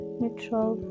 neutral